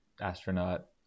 astronaut